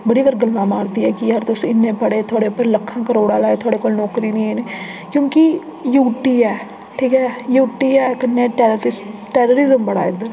बड़ी बार गल्लां मारदी ऐ कि तुस इन्ने पढ़े थुआढ़े उप्पर लक्खां करोड़ां लाये थुआढ़े कोल नौकरी निं ऐ क्योंकि यूटी ऐ ठीक ऐ यूटी ऐ कन्नै टैरारि टैररिज्म बड़ा ऐ इद्धर